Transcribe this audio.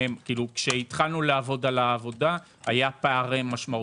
כשהתחלנו לעבוד היו פערים משמעותיים,